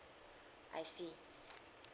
I see